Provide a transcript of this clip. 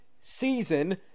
season